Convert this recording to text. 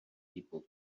people